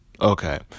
Okay